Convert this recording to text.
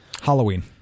Halloween